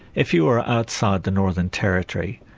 if you were outside the northern territory,